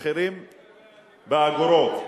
מחירים באגורות,